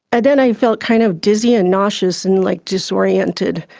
and then i felt kind of dizzy and nauseous and like disoriented.